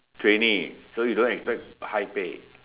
trainee so you don't expect high pay